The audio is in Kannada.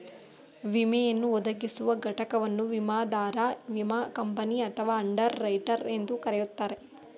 ವಿಮೆಯನ್ನು ಒದಗಿಸುವ ಘಟಕವನ್ನು ವಿಮಾದಾರ ವಿಮಾ ಕಂಪನಿ ಅಥವಾ ಅಂಡರ್ ರೈಟರ್ ಎಂದು ಕರೆಯುತ್ತಾರೆ